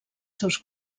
seus